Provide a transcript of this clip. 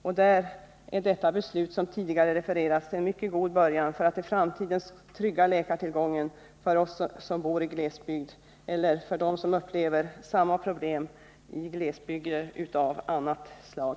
Och där är detta beslut som tidigare refererats en mycket god början för att i framtiden trygga läkartillgången för oss som bor i glesbygd, eller för dem som upplever samma problem i glesbygder av annat slag.